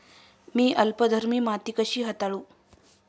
मी अल्कधर्मी माती कशी हाताळू?